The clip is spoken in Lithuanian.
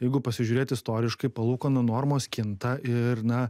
jeigu pasižiūrėt istoriškai palūkanų normos kinta ir na